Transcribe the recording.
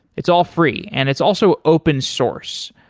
it's all free and it's also open source.